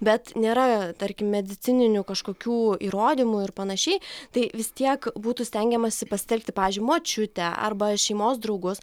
bet nėra tarkim medicininių kažkokių įrodymų ir panašiai tai vis tiek būtų stengiamasi pasitelkti pavyzdžiui močiutę arba šeimos draugus